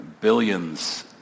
billions